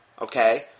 Okay